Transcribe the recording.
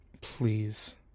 Please